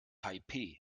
taipeh